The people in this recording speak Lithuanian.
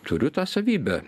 turiu tą savybę